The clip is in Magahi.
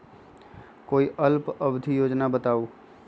कोई अल्प अवधि योजना बताऊ?